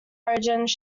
origins